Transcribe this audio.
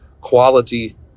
quality